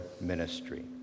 ministry